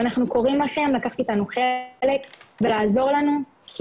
אנחנו קוראים לכם לקחת איתנו חלק ולעזור לנו כי